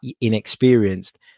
inexperienced